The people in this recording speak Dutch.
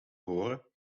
horen